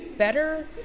better